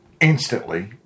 instantly